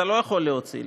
אתה לא יכול להוציא,